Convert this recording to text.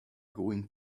going